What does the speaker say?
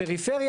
הפריפריה,